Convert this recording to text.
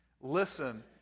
Listen